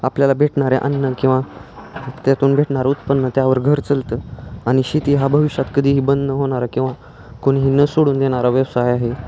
आपल्याला भेटणारे अन्न किंवा त्यातून भेटणारं उत्पन्न त्यावर घर चलतं आणि शेती हा भविष्यात कधीही बंद न होणारा किंवा कोणीही न सोडून देणारा व्यवसाय आहे